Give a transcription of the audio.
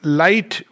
light